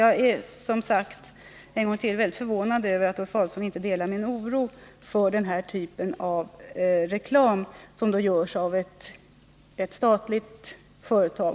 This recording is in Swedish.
Jag är som sagt väldigt förvånad över att Ulf Adelsohn inte delar min oro för denna typ av reklam som görs av ett statligt företag.